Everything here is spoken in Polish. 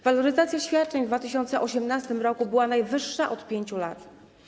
Waloryzacja świadczeń w 2018 r. była najwyższa od 5 lat.